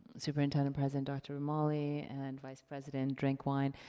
superintendent-president dr. romali and vice-president drinkwine,